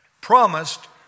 promised